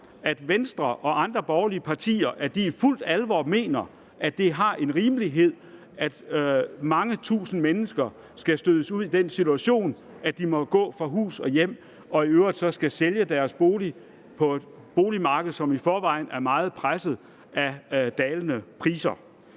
at Venstre og andre borgerlige partier i fuld alvor mener, at det er rimeligt, at mange tusinde mennesker skal stødes ud i den situation, at de må gå fra hus og hjem og i øvrigt skal sælge deres bolig på et boligmarked, som i forvejen er meget presset af dalende priser.